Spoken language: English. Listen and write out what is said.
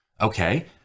Okay